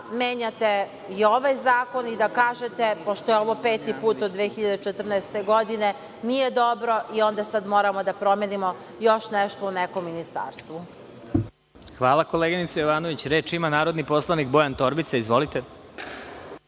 menjate i ovaj zakon i da kažete, pošto je ovo peti put od 2014. godine, nije dobro i onda sada moramo da promenimo još nešto u nekom ministarstvu. **Vladimir Marinković** Hvala, koleginice Jovanović. Reč ima narodni poslanik Bojan Torbica. Izvolite.